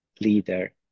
leader